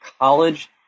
College